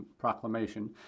proclamation